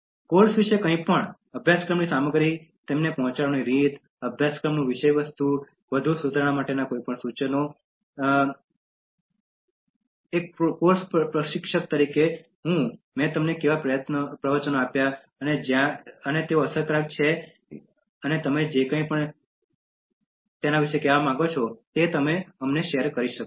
course વિશે કંઇપણ અભ્યાસક્રમની સામગ્રી તે તમને પહોંચાડવાની રીત અભ્યાસક્રમ વિષયવસ્તુ વધુ સુધારણા માટેના કોઈપણ સૂચનો કોર્સ પ્રશિક્ષક જે હું છું અને મેં કેવી રીતે પ્રવચનો આપ્યાતેઓ અસરકારક છે કે કેમ અને તમે જે કંઇ પણ વિશે કહેવા માંગો છો તમે તેને શેર કરી શકો છો